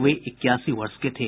वे इक्यासी वर्ष के थे